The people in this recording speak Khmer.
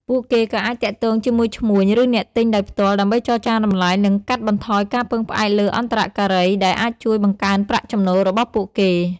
ពួកគេក៏អាចទាក់ទងជាមួយឈ្មួញ ឬអ្នកទិញដោយផ្ទាល់ ដើម្បីចរចាតម្លៃ និងកាត់បន្ថយការពឹងផ្អែកលើអន្តរការី ដែលអាចជួយបង្កើនប្រាក់ចំណូលរបស់ពួកគេ។